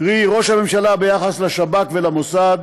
קרי ראש הממשלה ביחס לשב"כ ולמוסד